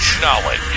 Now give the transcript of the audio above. knowledge